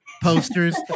posters